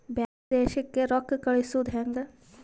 ಬ್ಯಾರೆ ದೇಶಕ್ಕೆ ರೊಕ್ಕ ಕಳಿಸುವುದು ಹ್ಯಾಂಗ?